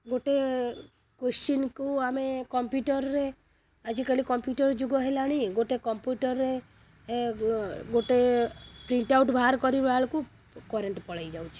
ଗୋଟେ କ୍ୱଶ୍ଚିନ୍କୁ ଆମେ କମ୍ପ୍ୟୁଟର୍ରେ ଆଜିକାଲି କମ୍ପ୍ୟୁଟର୍ ଯୁଗ ହେଲାଣି ଗୋଟେ କମ୍ପ୍ୟୁଟର୍ରେ ଏ ଗୋଟେ ପ୍ରିଣ୍ଟ୍ ଆଉଟ୍ ବାହାର କରିବାବେଳକୁ କରେଣ୍ଟ୍ ପଳାଇ ଯାଉଛି